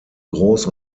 groß